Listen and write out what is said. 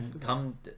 come